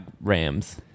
rams